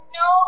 no